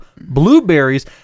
blueberries